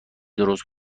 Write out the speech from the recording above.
درست